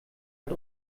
hat